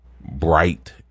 bright